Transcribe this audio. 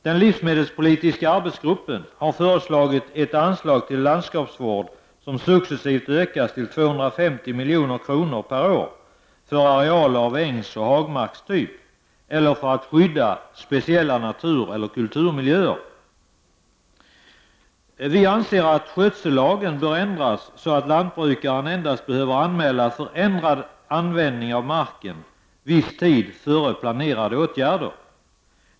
Den livsmedelspolitiska arbetsgruppen har föreslagit ett anslag till landskapsvård som successivt ökas till 250 milj.kr. per år för arealer av ängsoch hagmarkstyp eller för att skydda speciella natureller kulturmiljöer. Vi anser att skötsellagen bör ändras så att lantbrukaren endast behöver anmäla förändrad användning av marken viss tid före planerade åtgärder.